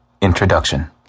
Introduction